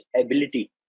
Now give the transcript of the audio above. ability